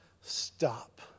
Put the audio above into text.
stop